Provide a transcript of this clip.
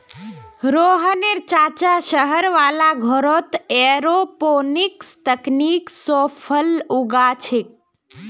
रोहनेर चाचा शहर वाला घरत एयरोपोनिक्स तकनीक स फल उगा छेक